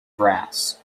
brass